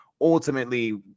ultimately